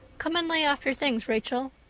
come and lay off your things, rachel.